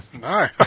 No